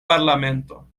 parlamento